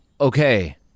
Okay